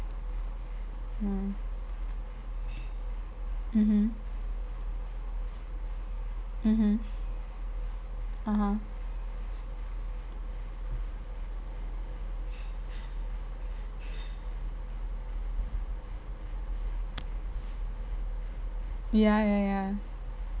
mm mmhmm mmhmm (uh huh) ya ya ya